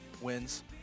wins